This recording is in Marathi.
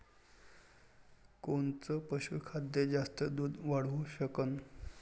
कोनचं पशुखाद्य जास्त दुध वाढवू शकन?